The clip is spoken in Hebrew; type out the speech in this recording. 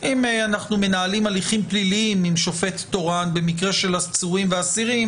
אם אנחנו מנהלים הליכים פליליים עם שופט תורן במקרה של עצורים ואסירים,